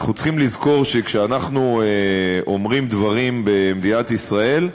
אנחנו צריכים לזכור שכשאנחנו אומרים דברים במליאת כנסת ישראל,